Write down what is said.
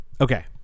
okay